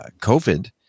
COVID